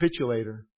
capitulator